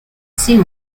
sea